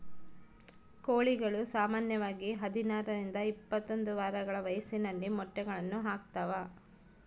ಕೋಳಿಗಳು ಸಾಮಾನ್ಯವಾಗಿ ಹದಿನಾರರಿಂದ ಇಪ್ಪತ್ತೊಂದು ವಾರಗಳ ವಯಸ್ಸಿನಲ್ಲಿ ಮೊಟ್ಟೆಗಳನ್ನು ಹಾಕ್ತಾವ